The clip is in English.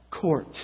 court